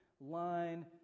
line